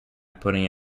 putting